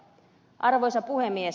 arvoisa puhemies